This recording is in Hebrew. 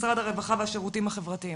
משרד הרווחה והשירותים החברתיים.